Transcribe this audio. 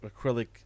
acrylic